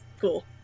Cool